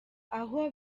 aho